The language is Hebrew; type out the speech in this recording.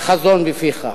וחזון בפיך.